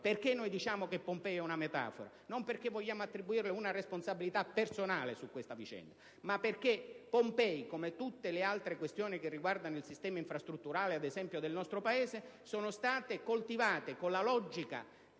Perché noi diciamo che Pompei è una metafora? Non perché vogliamo attribuire una responsabilità personale su questa vicenda, ma perché la questione di Pompei, come tutte le altri questioni riguardanti, ad esempio, il sistema infrastrutturale del nostro Paese, è stata coltivata con la logica